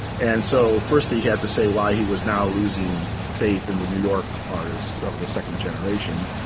and so first, he had to say why he was now losing faith in the new york artists of the second generation.